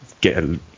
get